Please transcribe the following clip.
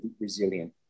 resilient